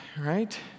right